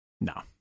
No